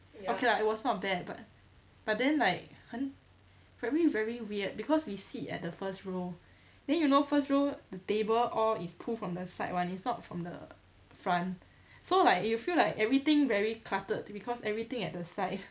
okay lah it was not bad but but then like 很 very very weird because we sit at the first row then you know first row the table all is pull from the side [one] it's not from the front so like you feel like everything very cluttered because everything at the side